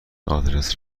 آدرس